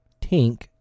Tink